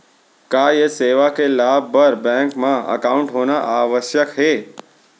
का ये सेवा के लाभ बर बैंक मा एकाउंट होना आवश्यक हे